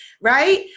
right